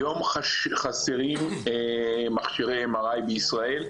היום חסרים מכשירי MRI בישראל,